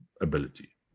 ability